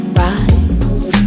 rise